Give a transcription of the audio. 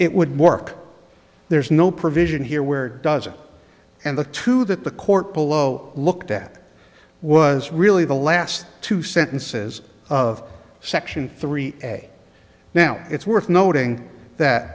it would work there's no provision here where does it and the two that the court below looked at was really the last two sentences of section three now it's worth noting that